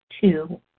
two